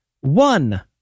one